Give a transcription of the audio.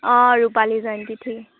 অঁ ৰূপালী জয়ন্তীত ঠিকে